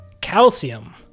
calcium